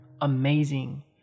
amazing